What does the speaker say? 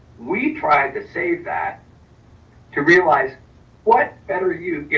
we tried to save that to realize what better you get.